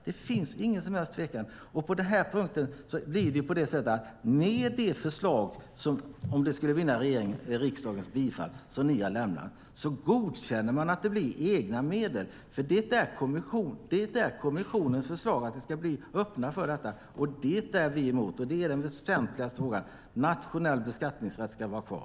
Det finns ingen som helst tvekan. Men på den punkten blir det så att om det förslag som ni har lämnat skulle vinna riksdagens bifall så godkänner man att det blir egna medel, för det är kommissionens förslag att öppna för detta. Detta är vi emot, och det är den väsentligaste frågan: Nationell beskattningsrätt ska vara kvar.